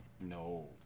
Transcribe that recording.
No